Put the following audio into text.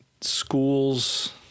Schools